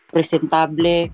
presentable